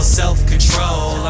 self-control